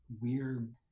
weird